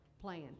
playing